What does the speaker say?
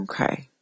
Okay